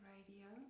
Radio